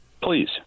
Please